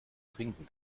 trinken